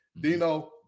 Dino